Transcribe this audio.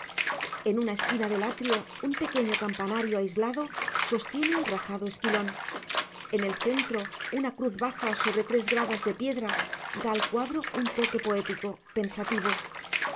en una esquina del atrio un pequeño campanario aislado sostiene el rajado esquilón en el centro una cruz baja sobre tres gradas de piedra da al cuadro un toque poético pensativo